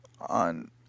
on